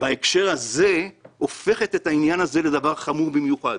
בהקשר הזה הופכת את העניין לדבר חמור במיוחד.